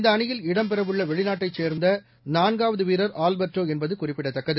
இந்த அணியில் இடம்பெறவுள்ள வெளிநாட்டைச் சேர்ந்த நான்காவது வீரர் ஆல்பெர்ட்டோ என்பது குறிப்பிடத்தக்கது